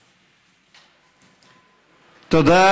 תודה.